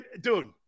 dude